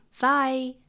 Bye